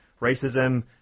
racism